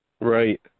Right